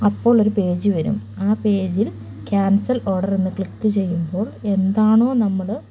അപ്പോൾ ഒരു പേജ് വരും ആ പേജിൽ ക്യാൻസൽ ഓർഡർ എന്ന് ക്ലിക്ക് ചെയ്യുമ്പോൾ എന്താണോ നമ്മൾ